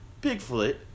bigfoot